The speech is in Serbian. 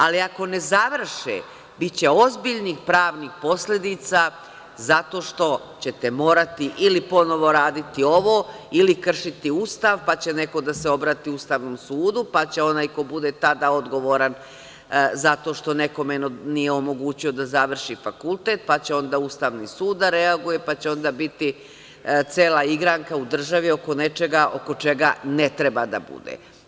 Ali, ako ne završe biće ozbiljnih pravnih posledica zato što ćete morati ili ponovo raditi ovo ili kršiti Ustav, pa će neko da se obrati Ustavnom sudu, pa će onaj koji bude tada odgovoran zato što nekome nije omogućio da završi fakultet, pa će onda Ustavni sud da reaguje, pa će onda biti cela igranka u državi oko nečega oko čega ne treba da bude.